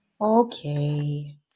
Okay